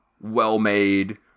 well-made